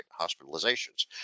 hospitalizations